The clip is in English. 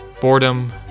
boredom